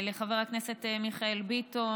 לחברי הכנסת מיכאל ביטון,